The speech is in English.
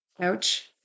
Ouch